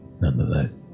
nonetheless